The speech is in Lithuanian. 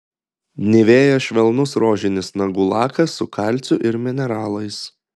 nivea švelnus rožinis nagų lakas su kalciu ir mineralais